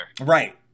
Right